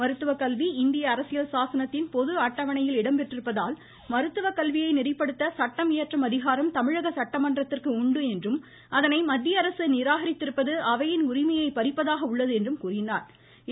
மருத்துவக்கல்வி இந்திய அரசியல் சாசனத்தின் பொது அட்டவணையில் இடம்பெற்றிருப்பதால் மருத்துவக்கல்வியை நெறிப்படுத்த சட்டம் இயற்றும் அதிகாரம் தமிழக சட்டமன்றத்திற்கு உண்டு என்றும் அதனை மத்திய அரசு நிராகரித்திருப்பது அவையின் உரிமையை பறிப்பதாக உள்ளது என்றும் குறிப்பிட்டாள்